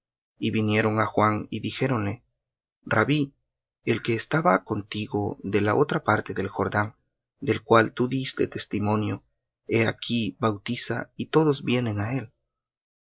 y vinieron á juan y dijéronle rabbí el que estaba contigo de la otra parte del jordán del cual tú diste testimonio he aquí bautiza y todos vienen á él